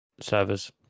servers